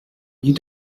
you